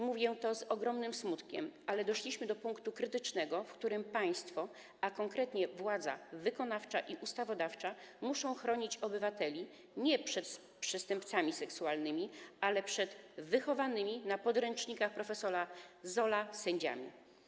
Mówię to z ogromnym smutkiem, ale doszliśmy do punktu krytycznego, w którym państwo, a konkretnie władza wykonawcza i ustawodawcza, musi chronić obywateli nie przed przestępcami seksualnymi, ale przed wychowanymi na podręcznikach prof. Zolla sędziami.